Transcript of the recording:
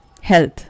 health